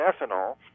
ethanol